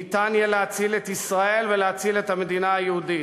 ניתן יהיה להציל את ישראל ולהציל את המדינה היהודית.